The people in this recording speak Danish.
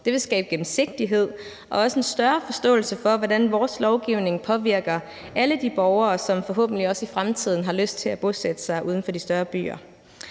Det vil skabe gennemsigtighed og også en større forståelse for, hvordan vores lovgivning påvirker alle de borgere, som forhåbentlig også i fremtiden har lyst til at bosætte sig uden for de større byer.